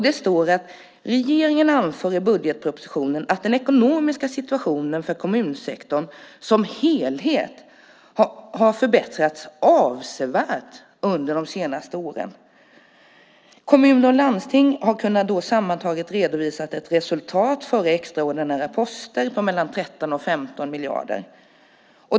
Det står: "Regeringen anför i budgetpropositionen att den ekonomiska situationen för kommunsektorn som helhet har förbättrats avsevärt under de senaste åren. Under 2005-2007 har kommunerna och landstingen sammantaget redovisat ett resultat före extraordinära poster på mellan 13 och 15 miljarder kronor.